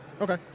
Okay